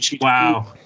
Wow